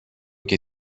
και